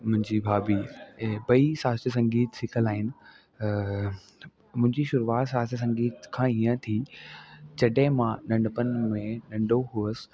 मुंहिंजी भाभी ॿई शास्त्रीअ संगीत सिखियल आहिनि मुंहिंजी शुरूआति शास्त्रीअ संगीत खां ईअं थी जॾहिं मां नंढपण में नंढो हुउसि